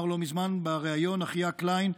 אמר לא מזמן בריאיון אחיה קליין,